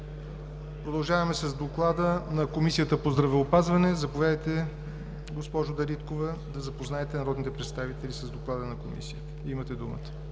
Продължаваме с доклада на Комисията по здравеопазване. Заповядайте, госпожо Дариткова, да запознаете народните представители с доклада на Комисията. Имате думата.